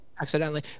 Accidentally